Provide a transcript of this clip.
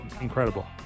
incredible